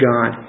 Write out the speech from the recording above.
God